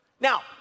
Now